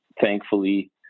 thankfully